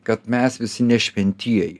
kad mes visi ne šventieji